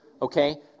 Okay